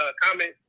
comment